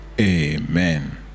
Amen